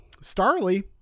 Starly